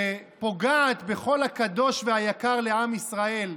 שפוגעת בכל הקדוש והיקר לעם ישראל,